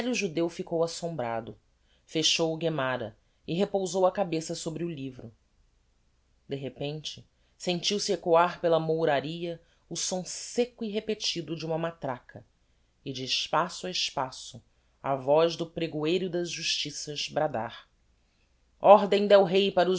velho judeu ficou assombrado fechou o guemára e repousou a cabeça sobre o livro de repente sentiu-se eccoar pela mouraria o som secco e repetido de uma matraca e de espaço a espaço a voz do pregoeiro das justiças bradar ordem d'el-rei para os